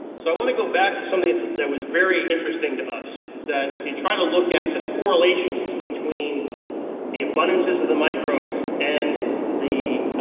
so i want to go back to something that was very interesting to us. was that if you're trying to look at the correlations between the abundances of the microbes and the